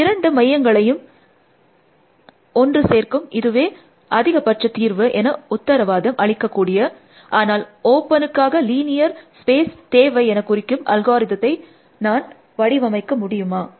இந்த இரண்டு மையங்களையும் ஒன்று சேர்க்கும் இதுவே அதிகப்பட்ச தீர்வு என உத்திரவாதம் அளிக்கக்கூடிய ஆனால் ஒப்பனுக்கான லீனியர் ஸ்பேஸ் தேவை என குறிக்கும் அல்காரிதத்தை நான் வடிவமைக்க முடியுமா